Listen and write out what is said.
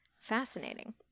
fascinating